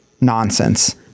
nonsense